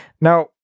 Now